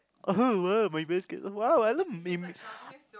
oh !huh! !wow! my best cat oh !wow! I love meme